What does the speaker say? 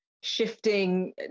shifting